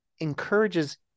encourages